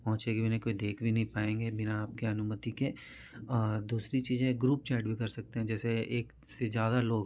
पहुँचेगी भी नहीं कोई देख भी नहीं पाएँगे बिना आपकी अनुमति के दूसरी चीज़ है ग्रुप चैट भी कर सकते हैं जैसे एक से ज़्यादा लोग